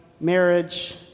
marriage